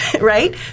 right